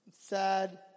sad